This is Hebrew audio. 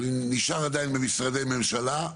נשאר עדיין במשרדי ממשלה,